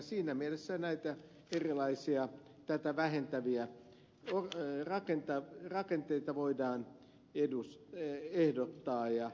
siinä mielessä näitä erilaisia tätä ilmiötä vähentäviä rakenteita voidaan ehdottaa ja esittää